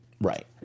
right